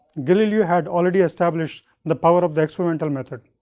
galileo had already established the power of the experimental method.